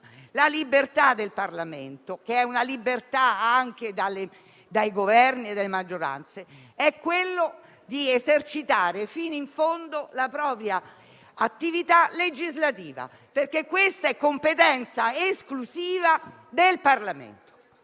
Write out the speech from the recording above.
La libertà del Parlamento, che è una libertà anche dai Governi e dalle maggioranze, è quella di esercitare fino in fondo la propria attività legislativa, perché questa è la competenza esclusiva del Parlamento.